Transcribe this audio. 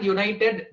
United